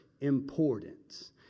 importance